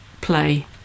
play